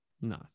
No